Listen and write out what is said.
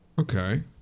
Okay